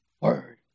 Word